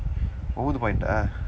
ஒன்பது:onpathu point ah